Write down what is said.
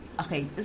Okay